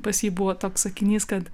pas jį buvo toks sakinys kad